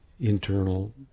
internal